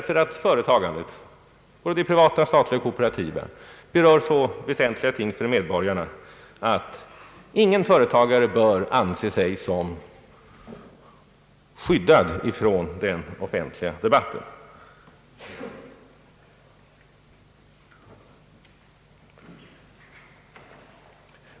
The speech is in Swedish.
Företagandet — såväl det privata som det statliga och det kooperativa — berör så väsentliga ting för medborgarna att ingen företagare bör anse sig som skyddad från den offentliga debatten.